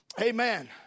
Amen